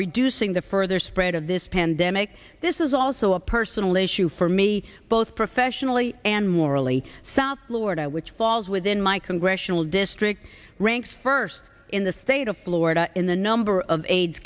reducing the further spread of this pandemic this is also a personal issue for me both professionally and morally south florida which falls within my congressional district ranks first in the state of florida in the number of aids